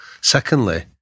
secondly